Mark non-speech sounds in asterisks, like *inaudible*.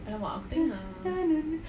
*noise*